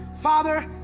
Father